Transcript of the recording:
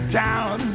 town